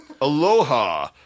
Aloha